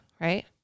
right